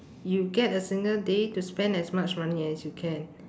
you get a single day to spend as much money as you can